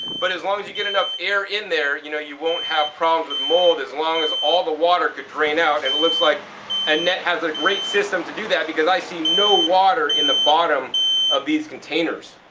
but as long as you get enough air in there, you know, you won't have problems with mold as long as all the water could drain out. and it looks like annette has a great system to do that because i see no water in the bottom of these containers.